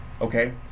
okay